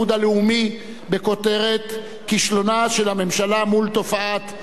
בכותרת: כישלונה של הממשלה מול תופעת המסתננים,